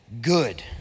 good